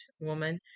woman